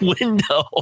window